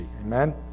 amen